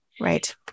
Right